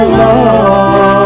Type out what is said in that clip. love